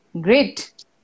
Great